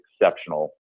exceptional